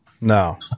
no